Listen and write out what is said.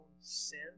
sin